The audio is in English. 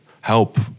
help